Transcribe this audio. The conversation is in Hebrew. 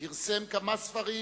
פרסם כמה ספרים